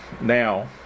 now